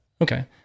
Okay